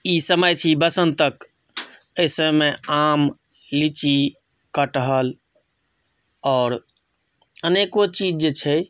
ई समय छी बसन्तक एहि समयमे आम लीची कटहल आओर अनेको चीज जे छै